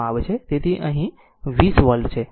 તેથી તે 20 વોલ્ટ છે